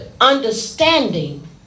understanding